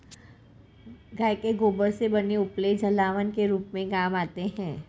गाय के गोबर से बने उपले जलावन के रूप में काम आते हैं